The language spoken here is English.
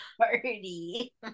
Party